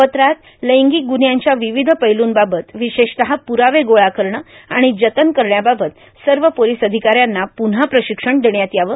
पत्रात लैंगिक गुन्ह्यांच्या विविध पैलूंबाबत विशेषतः पुरावे गोळा करणं आणि जतन करण्याबाबत सर्व पोलीस अधिकाऱ्यांना पुन्हा प्रशिक्षण देण्यात यावं